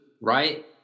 right